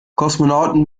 kosmonauten